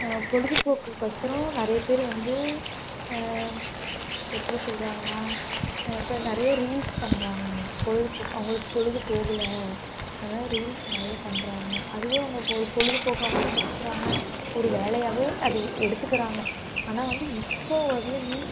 பொழுதுபோக்குக்கோசரம் நிறைய பேர் வந்து எப்படி சொல்கிறாங்கன்னா இப்போ நிறைய ரீல்ஸ் பண்ணுறாங்க பொழுதுபோக்கு அவங்களுக்கு பொழுதுபோகல அதனால் ரீல்ஸ் நிறைய பண்ணுறாங்க அதுவே அவங்களுக்கு ஒரு பொழுதுபோக்காவும் நினைச்சிக்கிறாங்க ஒரு வேலையாகவே அது எடுத்துக்கிறாங்க ஆனால் வந்து இப்போது வரையுமே